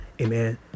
amen